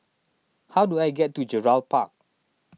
how do I get to Gerald Park